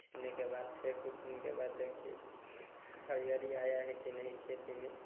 छिड़कने के बाद फ़िर कुछ दिन के बाद देखिए हरियाली आई है की नहीं खेती में